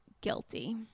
guilty